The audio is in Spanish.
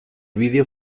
video